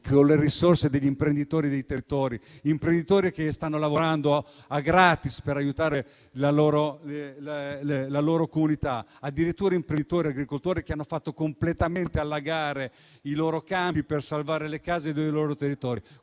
con le risorse degli imprenditori dei territori. Imprenditori che stanno lavorando gratis per aiutare le loro comunità. Addirittura, imprenditori e agricoltori che hanno fatto completamente allagare i loro campi per salvare le case dei loro territori.